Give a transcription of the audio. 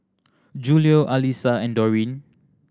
Julio Alissa and Dorene